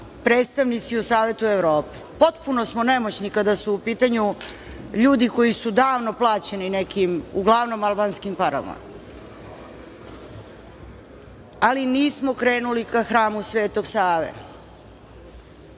predstavnici u Savetu Evrope, potpuno smo nemoćni kada su u pitanju ljudi koji su davno plaćeni nekim, uglavnom albanskim, parama. Ali nismo krenuli ka Hramu Svetog Save,